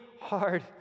hard